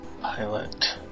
Pilot